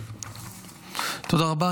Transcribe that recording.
תודה רבה.